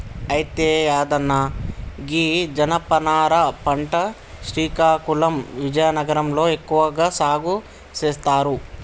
అయితే యాదన్న గీ జనపనార పంట శ్రీకాకుళం విజయనగరం లో ఎక్కువగా సాగు సేస్తారు